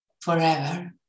forever